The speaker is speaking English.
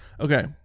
Okay